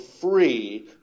free